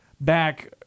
back